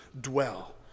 dwell